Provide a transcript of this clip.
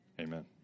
Amen